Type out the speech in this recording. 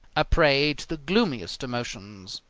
a prey to the gloomiest emotions.